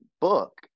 book